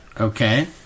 Okay